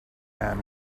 man